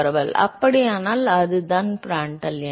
அப்படியானால் அதுதான் பிராண்டல் எண்